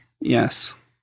Yes